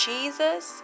Jesus